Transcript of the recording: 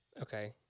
okay